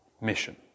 mission